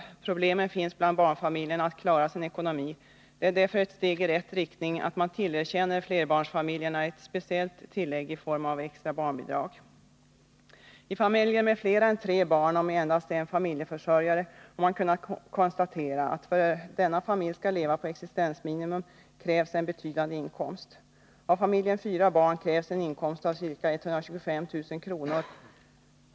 Barnfamiljerna har problem att klara sin ekonomi. Det är därför ett steg i rätt riktning att man tillerkänner flerbarnsfamiljerna ett speciellt tillägg i form av extra barnbidrag. När det gäller familjer med fler än tre barn och med endast en familjeförsörjare har man kunnat konstatera att det krävs en betydande inkomst för att denna familj skall nå upp till existensminimum. Har familjen fyra barn krävs en inkomst av ca 125000 kr.